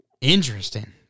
interesting